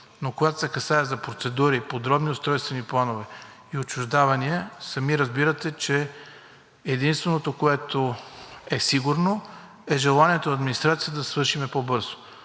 Но когато се касае за процедури, подробни устройствени планове и отчуждавания, сами разбирате, че единственото, което е сигурно, е желанието на администрацията да свършим по-бързо.